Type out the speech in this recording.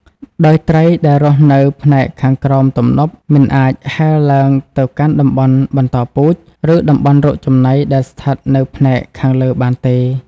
ដោយត្រីដែលរស់នៅផ្នែកខាងក្រោមទំនប់ មិនអាចហែលឡើងទៅកាន់តំបន់បន្តពូជ ឬតំបន់រកចំណីដែលស្ថិតនៅផ្នែកខាងលើបានទេ។